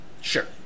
Sure